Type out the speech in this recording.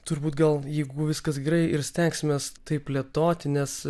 turbūt gal jeigu viskas gerai ir stengsimės tai plėtoti nes